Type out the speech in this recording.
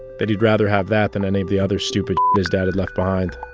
that he'd rather have that than any of the other stupid that his dad had left behind